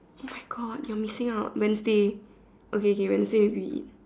oh my God you are missing out Wednesday okay okay Wednesday we eat